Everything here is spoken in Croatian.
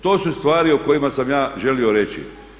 To su stvari o kojima sam ja želio reći.